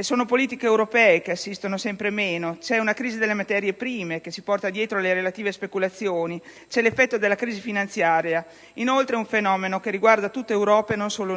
sono politiche europee, che assistono sempre meno; c'è un crisi delle materie prime, che si porta dietro le relative speculazioni; c'è l'effetto della crisi finanziaria. Inoltre, è un fenomeno che riguarda tutta Europa e non solo noi.